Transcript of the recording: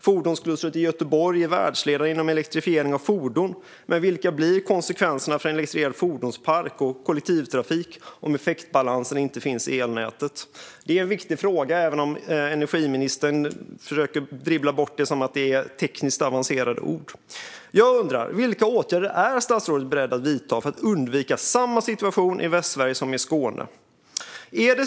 Fordonsklustret i Göteborg är världsledande inom elektrifiering av fordon, men vilka blir konsekvenserna för en elektrifierad fordonspark och kollektivtrafik om effektbalansen inte finns i elnätet? Det är en viktig fråga, även om energiministern försöker dribbla bort det med att det är tekniskt avancerade ord. Vilka åtgärder är statsrådet beredd att vidta för att undvika samma situation i Västsverige som i Skåne?